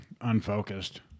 unfocused